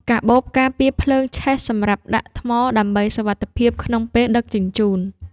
កាបូបការពារភ្លើងឆេះសម្រាប់ដាក់ថ្ម ដើម្បីសុវត្ថិភាពក្នុងពេលដឹកជញ្ជូន។